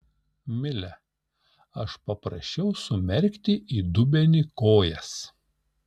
mile aš paprašiau sumerkti į dubenį kojas